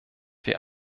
wir